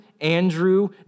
Andrew